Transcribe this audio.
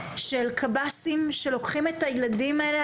של קב"סים שלוקחים את הילדים האלה.